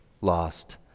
lost